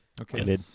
Okay